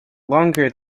longer